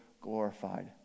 glorified